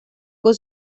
con